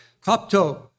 copto